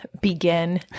begin